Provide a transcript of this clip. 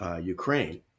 Ukraine